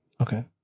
Okay